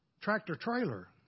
tractor-trailer